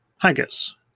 Haggis